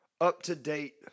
up-to-date